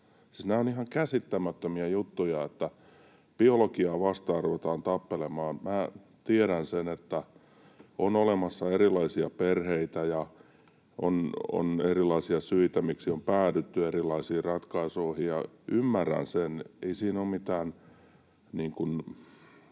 nämä ovat ihan käsittämättömiä juttuja, että biologiaa vastaan ruvetaan tappelemaan. Tiedän, että on olemassa erilaisia perheitä ja on erilaisia syitä, miksi on päädytty erilaisiin ratkaisuihin, ja ymmärrän sen; ei siinä ole mitään